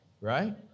right